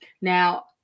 now